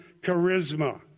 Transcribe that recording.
charisma